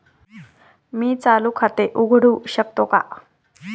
मी चालू खाते उघडू शकतो का?